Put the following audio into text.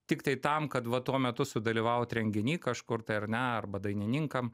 tiktai tam kad va tuo metu sudalyvaut renginy kažkur tai ar ne arba dainininkam